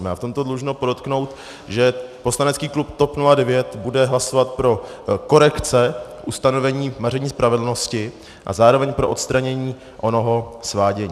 A v tomto dlužno podotknout, že poslanecký klub TOP 09 bude hlasovat pro korekce ustanovení maření spravedlnosti a zároveň pro odstranění onoho svádění.